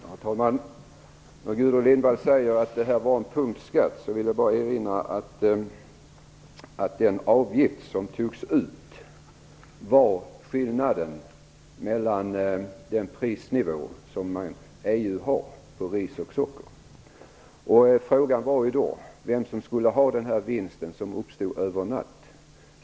Herr talman! Gudrun Lindvall säger att det är fråga om en punktskatt. Jag vill bara erinra om att den avgift som togs ut motsvarade skillnaden i förhållande till den prisnivå som EU har för ris och socker. Frågan var vem som skulle få den vinst som uppstod över en natt.